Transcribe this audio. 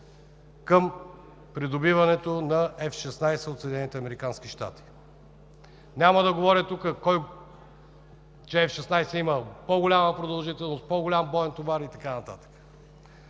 към придобиването на F-16 от САЩ. Няма да говоря тук, че F-16 има по-голяма продължителност, по-голям боен товар и така нататък.